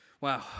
Wow